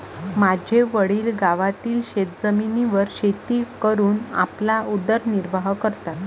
माझे वडील गावातील शेतजमिनीवर शेती करून आपला उदरनिर्वाह करतात